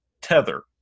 tether